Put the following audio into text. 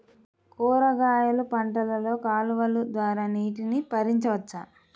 కూరగాయలు పంటలలో కాలువలు ద్వారా నీటిని పరించవచ్చా?